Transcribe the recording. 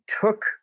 took